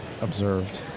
observed